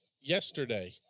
yesterday